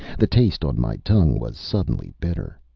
the taste on my tongue was suddenly bitter.